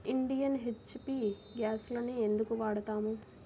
Indian, HP గ్యాస్లనే ఎందుకు వాడతాము?